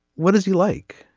what does he like?